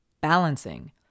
balancing